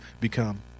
become